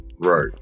Right